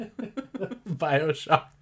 Bioshock